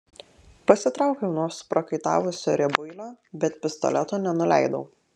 pasitraukiau nuo suprakaitavusio riebuilio bet pistoleto nenuleidau